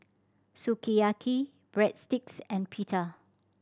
Sukiyaki Breadsticks and Pita